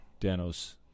Danos